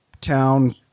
town